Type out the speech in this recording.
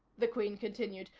the queen continued,